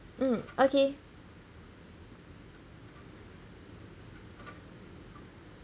mm okay